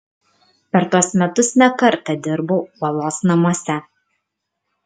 per tuos metus ne kartą dirbau uolos namuose